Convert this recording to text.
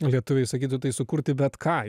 lietuviai sakytų tai sukurti bet ką